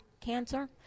cancer